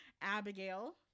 Abigail